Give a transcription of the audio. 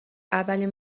اولین